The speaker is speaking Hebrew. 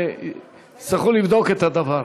יצטרכו לבדוק את הדבר.